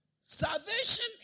Salvation